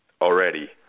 already